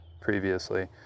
previously